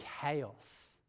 chaos